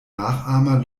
nachahmer